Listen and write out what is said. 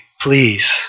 Please